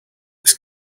this